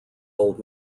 old